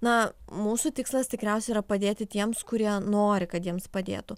na mūsų tikslas tikriausiai yra padėti tiems kurie nori kad jiems padėtų